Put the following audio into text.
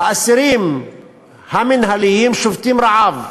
האסירים המינהליים שובתים רעב.